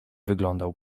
wyglądał